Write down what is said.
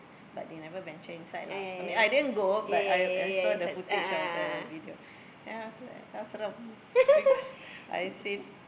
but they never venture inside lah I mean I didn't go but I I saw the footage of the video then I was like ah seram because I seen